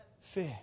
Fear